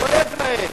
כואב להם.